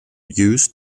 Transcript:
used